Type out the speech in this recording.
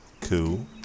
Cool